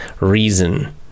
reason